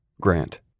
Grant